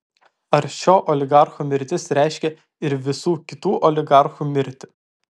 ar šio oligarcho mirtis reiškia ir visų kitų oligarchų mirtį